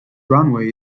runway